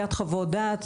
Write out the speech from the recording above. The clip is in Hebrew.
חוליית חוות דעת,